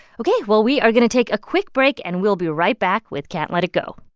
ok. well, we are going to take a quick break, and we'll be right back with can't let it go